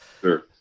Sure